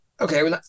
okay